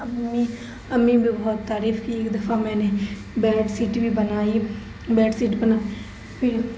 امی امی بھی بہت تعریف کیں ایک دفعہ میں نے بیڈ سیٹ بھی بنائی بیڈ سیٹ بنا پھر